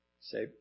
Say